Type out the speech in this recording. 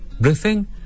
breathing